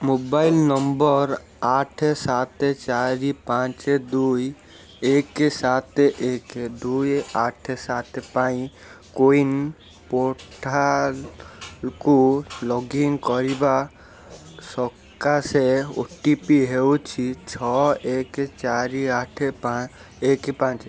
mobile number ଆଠ ସାତ ଚାରି ପାଞ୍ଚ ଦୁଇ ଏକ ସାତ ଏକ ଦୁଇ ଆଠ ସାତ ପାଇଁ କୋୱିନ୍ ପୋର୍ଟାଲ୍କୁ ଲଗ୍ ଇନ୍ କରିବା ସକାଶେ ଓ ଟି ପି ହେଉଛି ଛଅ ଏକ ଚାରି ଆଠ ଏକ ପାଞ୍ଚ